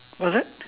what is that